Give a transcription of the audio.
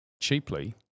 cheaply